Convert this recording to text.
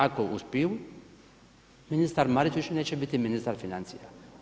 Ako uspiju ministar Marić više neće biti ministar financija.